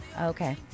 Okay